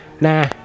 nah